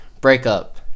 breakup